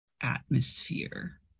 atmosphere